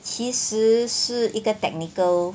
其实是一个 technical